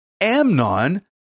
Amnon